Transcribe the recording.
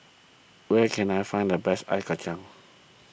where can I find the best Ice Kachang